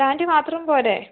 land മാത്രം പോരേ